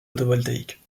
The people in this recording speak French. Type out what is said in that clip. photovoltaïques